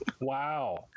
wow